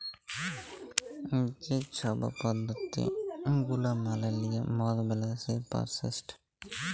যে ছব পদ্ধতি গুলা মালে লিঁয়ে মদ বেলায় সেই পরসেসট